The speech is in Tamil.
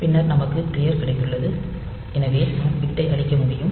பின்னர் நமக்கு க்ளியர் கிடைத்துள்ளது எனவே நாம் பிட்டை அழிக்க முடியும்